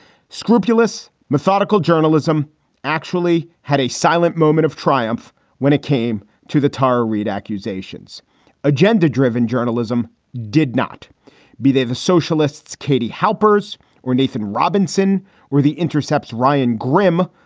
scrupulous, methodical journalism actually had a silent moment of triumph when it came to the tara reid accusations agenda driven journalism did not be there. the socialists, katie helper's or nathan robinson were the intercepts. ryan grim,